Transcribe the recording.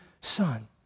son